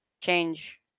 change